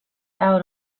out